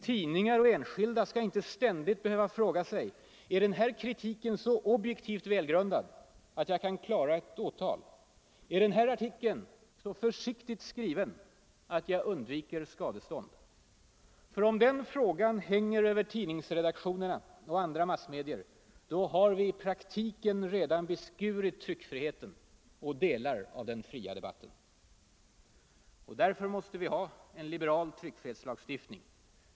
Tidningar och enskilda skall inte ständigt behöva fråga sig: Är den här kritiken så objektivt välgrundad att jag kan klara ett åtal, är den här artikeln så försiktigt skriven att jag undviker skadestånd? För om den frågan hänger över tidningsredaktionerna och andra massmedier, har vi i praktiken redan beskurit tryckfriheten och delar av den fria debatten. Därför måste vi ha en liberal tryckfrihetslagstiftning.